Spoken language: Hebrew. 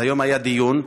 אז היום היה דיון,